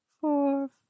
four